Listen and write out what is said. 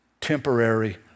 temporary